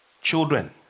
children